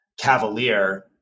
cavalier